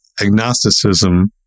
agnosticism